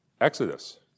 Exodus